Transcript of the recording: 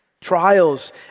trials